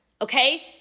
okay